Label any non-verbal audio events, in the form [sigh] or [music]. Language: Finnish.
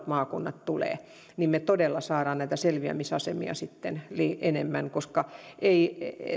[unintelligible] maakunnat tulevat niin me todella saamme näitä selviämisasemia sitten enemmän koska